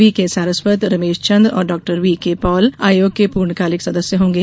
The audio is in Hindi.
वी के सारस्वत रमेश चन्द और डॉक्टर वीके पॉल आयोग के पूर्णकालिक सदस्य होंगे